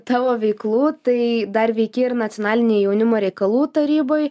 tavo veiklų tai dar veiki ir nacionalinėj jaunimo reikalų taryboj